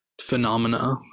phenomena